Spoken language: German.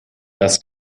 das